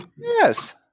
Yes